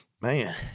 Man